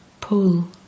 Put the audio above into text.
pull